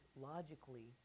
logically